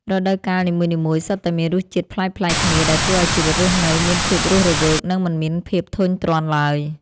រដូវកាលនីមួយៗសុទ្ធតែមានរសជាតិប្លែកៗគ្នាដែលធ្វើឱ្យជីវិតរស់នៅមានភាពរស់រវើក និងមិនមានភាពធុញទ្រាន់ឡើយ។